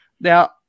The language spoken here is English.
Now